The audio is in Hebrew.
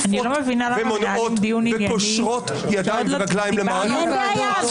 שעוקפות ומונעות וקושרות ידיים ורגליים לרשות המבצעת --- אין בעיה,